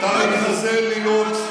אתה מתחזה להיות,